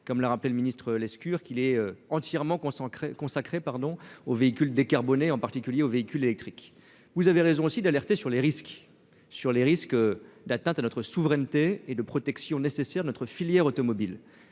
comme l'a rappelé le ministre-Lescure qu'il est entièrement consacré consacré pardon aux véhicules décarbonés en particulier aux véhicules électriques, vous avez raison aussi d'alerter sur les risques sur les risques d'atteinte à notre souveraineté et de protection nécessaires notre filière automobile